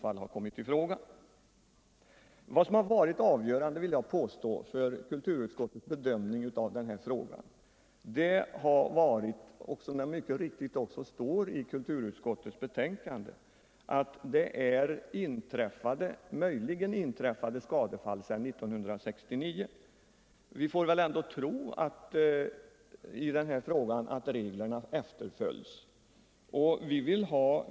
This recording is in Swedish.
Avgörande för kulturutskottets bedömning av denna fråga har varit — det står även i utskottets betänkande — möjligen inträffade skadefall sedan år 1969. Vi får väl ändå tro att reglerna efterföljs.